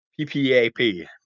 PPAP